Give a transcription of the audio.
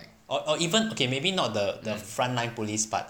or or even okay maybe not the the front line police part